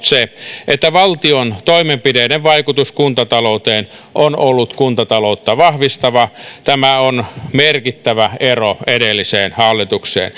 se että valtion toimenpiteiden vaikutus kuntatalouteen on ollut kuntataloutta vahvistava tämä on merkittävä ero edelliseen hallitukseen